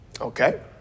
Okay